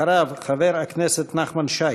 אחריו, חבר הכנסת נחמן שי.